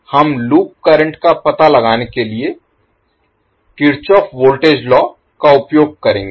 हम loop current का पता लगाने के लिए किरचॉफ वोल्टेज लॉ का उपयोग करेंगे